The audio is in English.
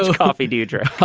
um coffee do you drink.